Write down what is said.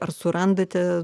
ar surandate